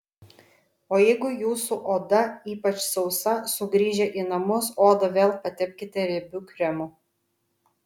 o jeigu jūsų oda ypač sausa sugrįžę į namus odą vėl patepkite riebiu kremu